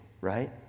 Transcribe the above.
right